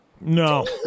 No